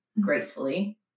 gracefully